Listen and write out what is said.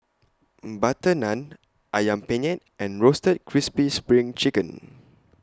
Butter Naan Ayam Penyet and Roasted Crispy SPRING Chicken